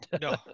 No